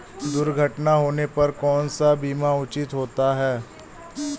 दुर्घटना होने पर कौन सा बीमा उचित होता है?